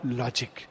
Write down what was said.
logic